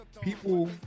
People